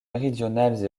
méridionales